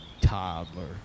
toddler